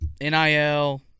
NIL